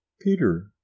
Peter